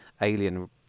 alien